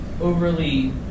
overly